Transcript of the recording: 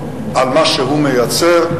על מה שהוא מייצר,